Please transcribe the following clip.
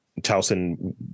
Towson